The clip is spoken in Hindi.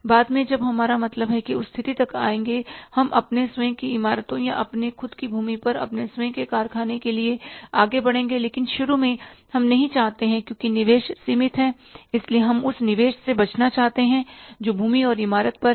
बाद में जब हमारा मतलब है कि उस स्थिति तक आएँगे हम अपने स्वयं की इमारतों या अपनी खुद की भूमि पर अपने स्वयं के कारखाने के लिए आगे बढ़ेंगे लेकिन शुरू में हम नहीं चाहते हैं क्योंकि निवेश सीमित है इसलिए हम उस निवेश से बचना चाहते हैं जो भूमि और इमारत पर है